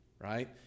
right